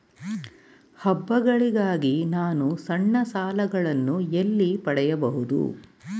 ಹಬ್ಬಗಳಿಗಾಗಿ ನಾನು ಸಣ್ಣ ಸಾಲಗಳನ್ನು ಎಲ್ಲಿ ಪಡೆಯಬಹುದು?